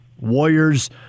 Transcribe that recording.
Warriors